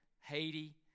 Haiti